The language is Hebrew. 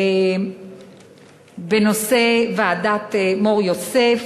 בנושא ועדת-מור-יוסף,